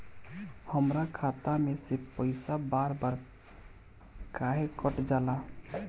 हमरा खाता में से पइसा बार बार काहे कट जाला?